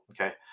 Okay